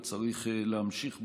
וצריך להמשיך בו,